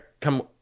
come